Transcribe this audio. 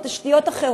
או תשתיות אחרות,